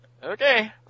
Okay